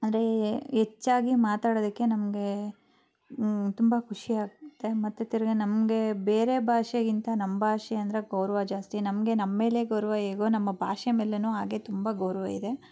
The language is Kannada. ಅಂದರೆ ಹೆಚ್ಚಾಗಿ ಮಾತಾಡೋದಕ್ಕೆ ನಮಗೆ ತುಂಬ ಖುಷಿಯಾಗುತ್ತೆ ಮತ್ತು ತಿರ್ಗಿ ನಮಗೆ ಬೇರೆ ಭಾಷೆಗಿಂತ ನಮ್ಮ ಭಾಷೆ ಅಂದರೆ ಗೌರವ ಜಾಸ್ತಿ ನಮಗೆ ನಮ್ಮ ಮೇಲೆ ಗೌರವ ಹೇಗೋ ನಮ್ಮ ಭಾಷೆ ಮೇಲೆನೂ ಹಾಗೇ ತುಂಬ ಗೌರವ ಇದೆ